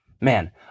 Man